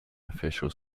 official